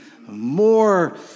more